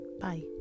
bye